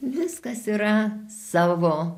viskas yra savo